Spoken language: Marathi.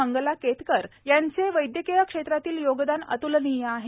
मंगला केतकर यांचे वैद्यकीय क्षेत्रातील योगदान अत्लनीय आहे